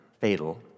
fatal